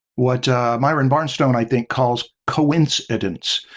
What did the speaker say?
what myron barnstone i think calls coincidence,